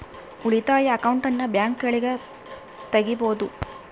ಉಳಿತಾಯ ಅಕೌಂಟನ್ನ ಬ್ಯಾಂಕ್ಗಳಗ ತೆಗಿಬೊದು